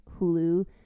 hulu